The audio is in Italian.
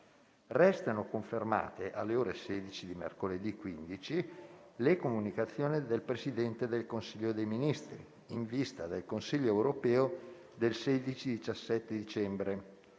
Restano confermate, alle ore 16 di mercoledì 15, le comunicazioni del Presidente del Consiglio dei ministri in vista del Consiglio europeo del 16 e 17 dicembre.